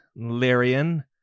Lyrian